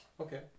Okay